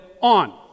on